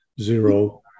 zero